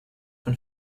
von